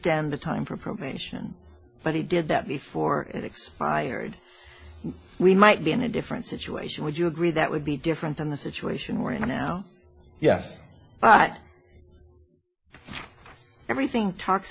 the time for probation but he did that before it expired we might be in a different situation would you agree that would be different than the situation we're in now yes but everything talks